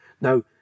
Now